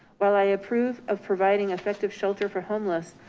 while i approve of providing effective shelter for homeless.